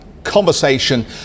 conversation